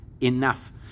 enough